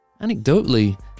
anecdotally